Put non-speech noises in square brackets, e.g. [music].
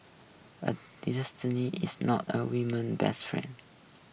a [unintelligible] is not a woman's best friend [noise]